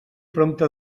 prompte